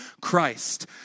Christ